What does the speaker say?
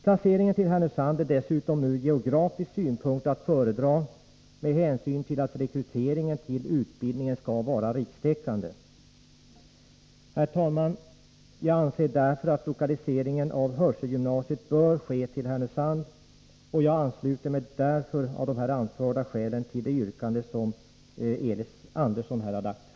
Placeringen till Härnösand är dessutom ur geografisk synpunkt att föredra med hänsyn till att rekryteringen till utbildningen skall vara rikstäckande. Herr talman! Jag anser därför att lokaliseringen av hörselgymnasiet bör ske till Härnösand, och jag ansluter mig av de anförda skälen till det yrkande som Elis Andersson här har fört fram.